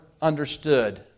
understood